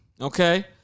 Okay